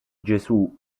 gesù